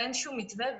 ואין שום מתווה,